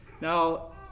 Now